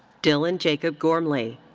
dylan jacob gormley.